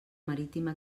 marítima